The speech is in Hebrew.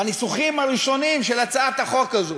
בניסוחים הראשונים של הצעת החוק הזו,